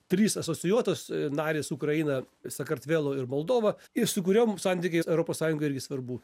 trys asocijuotos narės ukraina sakartvelo ir moldova ir su kuriom santykiais europos sąjungai irgi svarbu